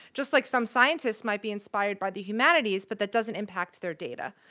just like some scientists might be inspired by the humanities, but that doesn't impact their data.